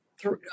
three